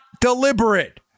deliberate